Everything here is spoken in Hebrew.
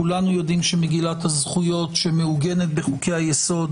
כולנו יודעים שמגילת הזכויות שמעוגנת בחוקי היסוד